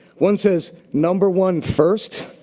one says, number one first,